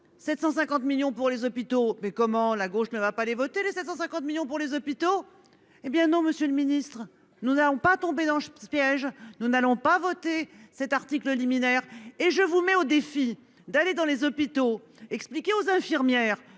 750 millions pour les hôpitaux, mais comment la gauche ne va pas aller voter les 750 million pour les hôpitaux. Eh bien non, Monsieur le Ministre, nous n'allons pas tomber dans ce petit piège. Nous n'allons pas voter cet article liminaire et je vous mets au défi d'aller dans les hôpitaux, expliquer aux infirmières